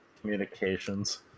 Communications